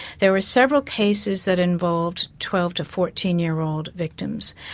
there were several cases that involved twelve to fourteen year old victims.